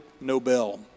Nobel